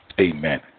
Amen